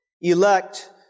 elect